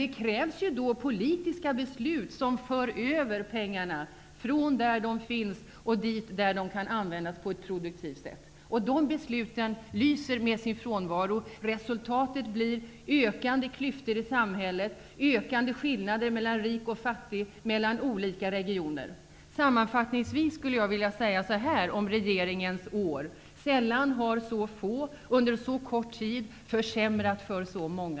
Det krävs politiska beslut som för över pengarna från där de finns och dit där de kan användas på ett produktivt sätt. De besluten lyser med sin frånvaro. Resultatet blir ökande klyftor i samhället, ökande skillnader mellan rik och fattig och mellan olika regioner. Jag vill sammanfatta regeringens år med följande. Sällan har så få under så kort tid försämrat för så många.